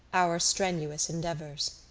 our strenuous endeavours.